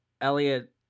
Elliot